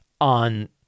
on